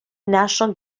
national